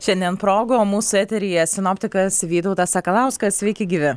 šiandien progų o mūsų eteryje sinoptikas vytautas sakalauskas sveiki gyvi